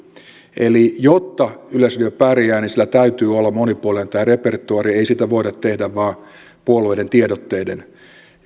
eli jotta yleisradio pärjää niin sillä täytyy olla monipuolinen tämä repertuaari ei siitä voida tehdä vain puolueiden tiedotteiden